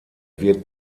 wird